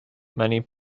many